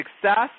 success